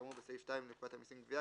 כאמור בסעיף 2 לפקודת המסים (גביה),